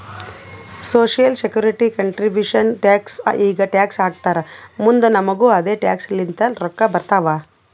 social security contribution tax ಈಗ tax ಹಾಕ್ತಾರ್ ಮುಂದ್ ನಮುಗು ಅದೆ ಟ್ಯಾಕ್ಸ್ ಲಿಂತ ರೊಕ್ಕಾ ಬರ್ತಾವ್